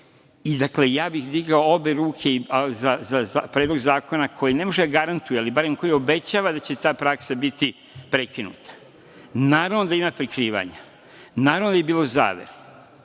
osuđen i ja bih digao obe ruke za predlog zakona koji ne može da garantuje, ali barem koji obećava da će ta praksa biti prekinuta. Naravno da ima prekivanja. Naravno da je bilo zavere.